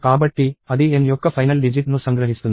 కాబట్టి అది N యొక్క ఫైనల్ డిజిట్ ను సంగ్రహిస్తుంది